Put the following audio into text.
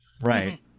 Right